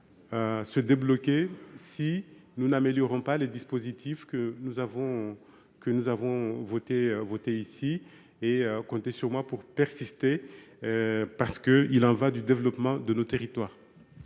être débloqué si nous n’améliorons pas les dispositifs que nous avons votés ici. Comptez sur moi pour persister dans cette voie, car il y va du développement de nos territoires